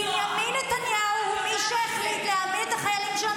בנימין נתניהו קיבל את ההחלטה,